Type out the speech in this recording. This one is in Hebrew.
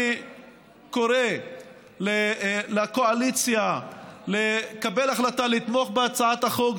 אני קורא לקואליציה לקבל החלטה לתמוך בהצעת החוק.